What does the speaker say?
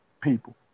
people